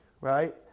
right